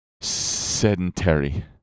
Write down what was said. sedentary